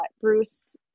Bruce